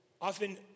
often